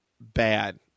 bad